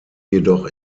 jedoch